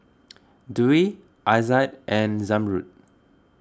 Dwi Aizat and Zamrud